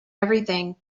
everything